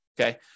Okay